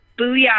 Booyah